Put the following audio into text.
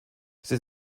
sie